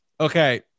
Okay